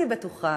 אני בטוחה